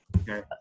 Okay